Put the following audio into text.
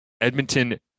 Edmonton